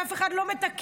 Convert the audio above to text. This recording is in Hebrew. ואף אחד לא מתקן,